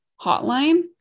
hotline